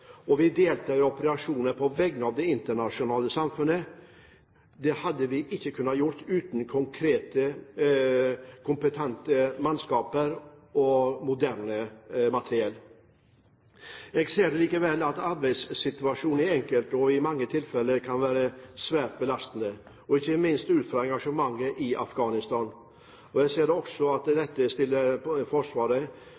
og vi deltar i operasjoner på vegne av det internasjonale samfunnet. Det hadde vi ikke kunnet gjøre uten kompetente mannskaper og moderne materiell. Jeg ser likevel at arbeidssituasjonen til den enkelte i mange tilfeller kan være svært belastende, ikke minst ut fra vårt engasjement i Afghanistan. Jeg ser også at